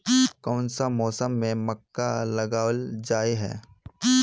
कोन सा मौसम में मक्का लगावल जाय है?